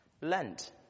Lent